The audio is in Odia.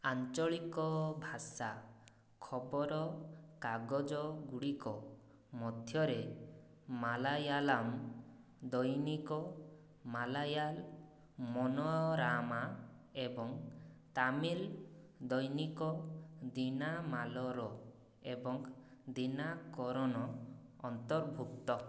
ଆଞ୍ଚଳିକ ଭାଷା ଖବରକାଗଜଗୁଡ଼ିକ ମଧ୍ୟରେ ମାଲାୟାଲାମ ଦୈନିକ ମାଲାୟାଲ ମନୋରାମା ଏବଂ ତାମିଲ ଦୈନିକ ଦିନାମାଲର ଏବଂ ଦିନାକରନ ଅନ୍ତର୍ଭୁକ୍ତ